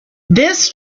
this